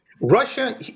Russia